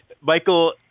Michael